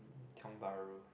Tiong-Bahru